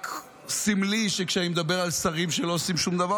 זה רק סמלי שכשאני מדבר על שרים שלא עושים שום דבר,